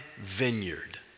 vineyard